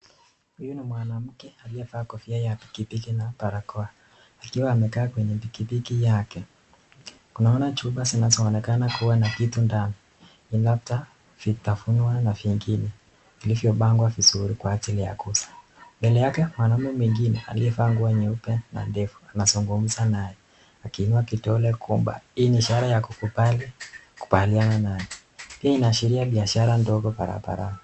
Huyu ni mwanamke aliyevaa kofia ya pikipiki na barakoa ikiwa amekaa kwenye pikipiki yake, tunaona chupa zinazoonekana kuwa na kitu ndani labda vitafunwa na vingine vilivyopangawa vizuri kwa ajili ya kuuza, mbele yake mwanaume mwingine aliyevaa nguo nyeupe na ndevu, anazungumza na akiinua kidole kwamba hii ni ishara ya kukubaliana nayo, hii inaashiria biashara ndogo barabarani.